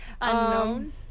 Unknown